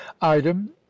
item